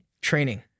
Training